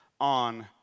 on